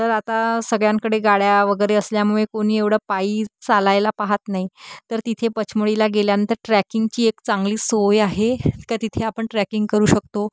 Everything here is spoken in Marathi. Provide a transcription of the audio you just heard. तर आता सगळ्यांकडे गाड्या वगैरे असल्यामुळे कोणी एवढं पायी चालायला पाहत नाही तर तिथे पचमडीला गेल्यानंतर ट्रॅकिंगची एक चांगली सोय आहे का तिथे आपण ट्रॅकिंग करू शकतो